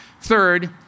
Third